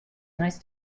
nice